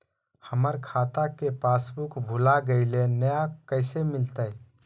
हमर खाता के पासबुक भुला गेलई, नया कैसे मिलतई?